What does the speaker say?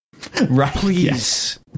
Please